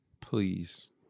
please